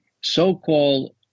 so-called